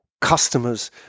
Customers